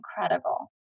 incredible